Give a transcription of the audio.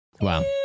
Wow